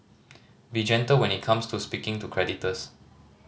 be gentle when it comes to speaking to creditors